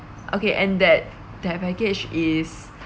okay and that that package is